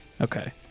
Okay